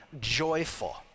joyful